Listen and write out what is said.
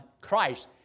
Christ